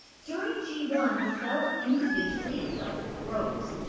during g one, the cell individually itself grows.